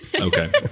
Okay